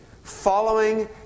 Following